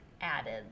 Added